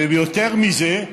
ויותר מזה,